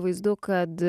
vaizdu kad